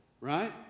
right